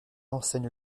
enseigne